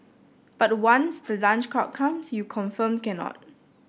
but once the lunch crowd comes you confirmed cannot